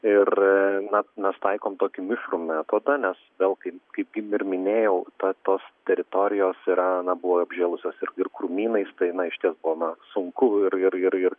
ir na mes taikom tokį mišrų metodą nes vėl kaip kaip ir minėjau ta tos teritorijos yra na buvo apžėlusios ir ir krūmynais tai na išties buvo na sunku ir ir ir ir